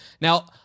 Now